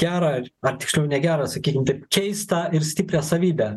gerą ar tiksliau ne gerą sakykim taip keistą ir stiprią savybę